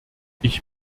ich